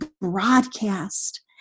broadcast